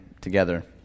together